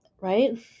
right